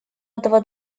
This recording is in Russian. этого